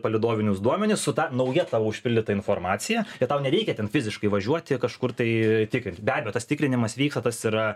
palydovinius duomenis su ta nauja tavo užpildyta informacija ir tau nereikia ten fiziškai važiuoti kažkur tai tikrinti be abejo tas tikrinimas vyksta tas yra